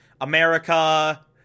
America